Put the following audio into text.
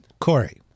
Corey